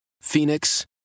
Phoenix